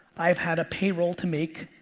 i have had a payroll to make.